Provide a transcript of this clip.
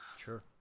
Sure